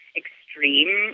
extreme